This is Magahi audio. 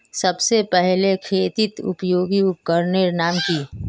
सबसे पहले खेतीत उपयोगी उपकरनेर नाम की?